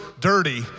dirty